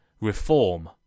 Reform